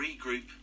regroup